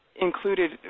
included